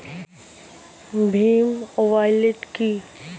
Bhim wallet কি?